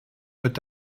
wird